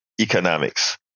economics